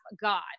god